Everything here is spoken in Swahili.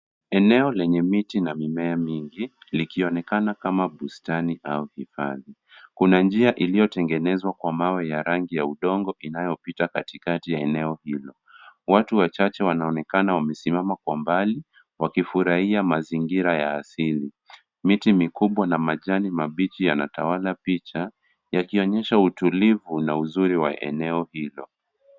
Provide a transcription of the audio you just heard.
Eneo lenye miti na mimea mingi likionekana kama bustani au hifadhi. Kuna njia iliyotengenezwa kwa mawe ya rangi ya udongo inayopita katikati ya eneo hilo. Watu wachache wanaonekana wamesimama kwa mbali wakifurahia mazingira ya asili. Miti mikubwa na majani mabichi yanatawala picha yakionyesha utulivu na uzuri wa eneo hilo.